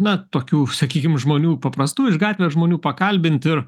na tokių sakykim žmonių paprastų iš gatvės žmonių pakalbint ir